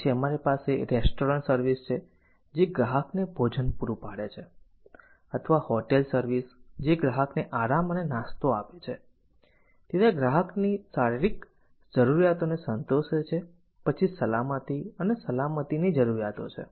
પછી અમારી પાસે રેસ્ટોરન્ટ સર્વિસ છે જે ગ્રાહકને ભોજન પૂરું પાડે છે અથવા હોટેલ સર્વિસ જે ગ્રાહકને આરામ અને નાસ્તો આપે છે તેથી આ ગ્રાહકની શારીરિક જરૂરિયાતોને સંતોષે છે પછી સલામતી અને સલામતીની જરૂરિયાતો છે